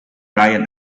brian